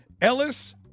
Ellis